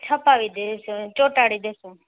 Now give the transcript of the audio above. છપાવી દેશે ચોંટાડી દઈશું